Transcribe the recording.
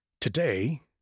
Today